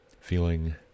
feeling